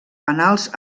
penals